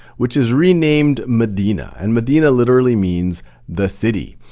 which is renamed medina. and medina literally means the city.